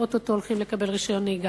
שאו-טו-טו הולכים לקבל רשיון נהיגה.